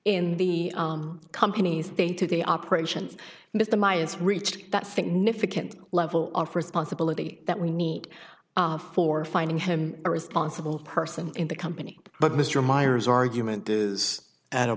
in the company's day to day operations but the my it's reached that significant level of responsibility that we need for finding him a responsible person in the company but mr meyers argument is at a